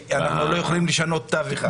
אנחנו לא יכולים לשנות תו אחד.